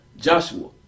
Joshua